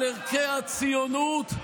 על ערכי הציונות,